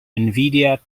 nvidia